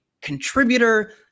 contributor